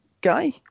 guy